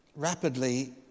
Rapidly